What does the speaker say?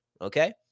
Okay